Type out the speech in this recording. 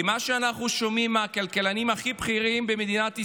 כי מה שאנחנו שומעים מהכלכלנים הכי בכירים במדינת ישראל,